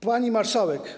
Pani Marszałek!